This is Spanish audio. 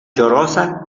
llorosa